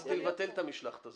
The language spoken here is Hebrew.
אני רציתי לבטל את המשלחת הזאת.